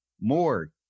more